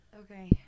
Okay